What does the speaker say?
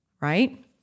right